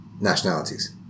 nationalities